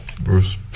bruce